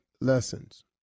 lessons